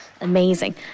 amazing